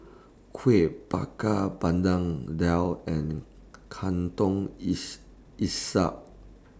Kuih Bakar Pandan Daal and Laksa